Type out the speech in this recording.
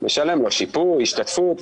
משלם לו שיפוי, השתתפות.